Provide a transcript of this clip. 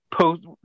post